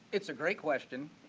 it's a great question,